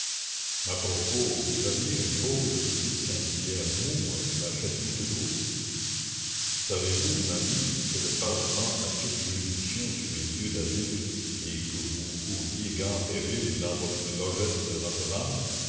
à propos vous aviez une drôle de petite singulière moue la faites-vous toujours savez-vous ma mie que le parlement a toute juridiction sur les lieux d'asile et que vous couriez grand péril dans votre logette de notre-dame